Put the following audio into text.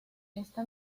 esta